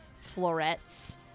florets